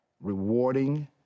rewarding